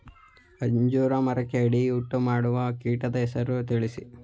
ಅಂಜೂರ ಮರಕ್ಕೆ ಅಡ್ಡಿಯುಂಟುಮಾಡುವ ಕೀಟದ ಹೆಸರನ್ನು ತಿಳಿಸಿ?